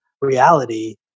reality